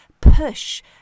push